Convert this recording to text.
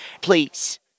please